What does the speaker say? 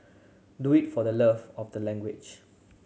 do it for the love of the language